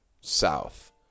south